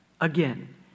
again